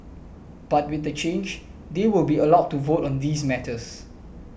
but with the change they will be allowed to vote on these matters